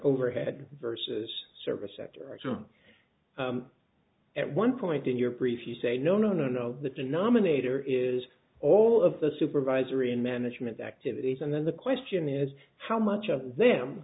overhead versus service sector at one point in your brief you say no no no no the denominator is all of the supervisory and management activities and then the question is how much of them